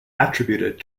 attributed